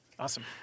Awesome